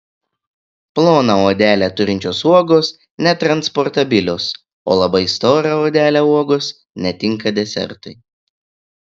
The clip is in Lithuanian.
ploną odelę turinčios uogos netransportabilios o labai stora odele uogos netinka desertui